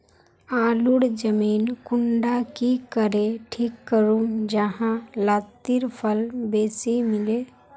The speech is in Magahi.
आलूर जमीन कुंडा की करे ठीक करूम जाहा लात्तिर फल बेसी मिले?